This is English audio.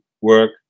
work